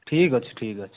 ଠିକ୍ ଅଛି ଠିକ୍ ଅଛି